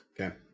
Okay